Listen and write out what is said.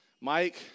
Mike